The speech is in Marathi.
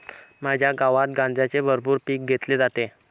माझ्या गावात गांजाचे भरपूर पीक घेतले जाते